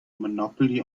monopoly